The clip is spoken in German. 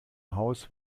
haus